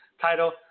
title